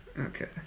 Okay